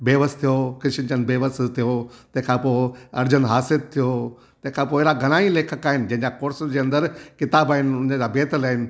बेवस थियो किशन चंद बेवस थियो तेंहिंखां पोइ अर्जन हासिद थियो तंहिंखां पोइ अहिड़ा घणा ई लेखक आहिनि जंहिंजा कोर्स जे अंदरि किताब आहिनि हुने जा बैतल आहिनि